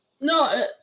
No